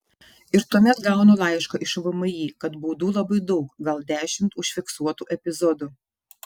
ir tuomet gaunu laišką iš vmi kad baudų labai daug gal dešimt užfiksuotų epizodų